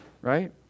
right